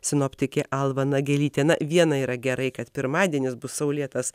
sinoptikė alma nagelytė na viena yra gerai kad pirmadienis bus saulėtas